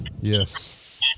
Yes